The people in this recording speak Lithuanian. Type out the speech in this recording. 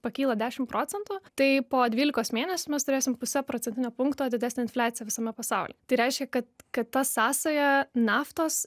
pakyla dešim procentų tai po dvylikos mėnesių mes turėsim puse procentinio punkto didesnę infliaciją visame pasaulyje tai reiškia kad kad ta sąsaja naftos